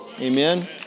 Amen